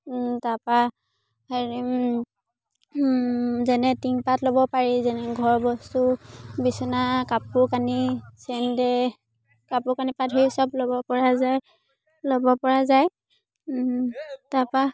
তাৰপৰা হেৰি যেনে টিংপাত ল'ব পাৰি যেনে ঘৰ বস্তু বিচনা কাপোৰ কানি চেন্দেল কাপোৰ কানি পাত ধৰি চব ল'বপৰা যায় ল'বপৰা যায় তাৰপৰা